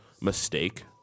mistake